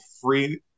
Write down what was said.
free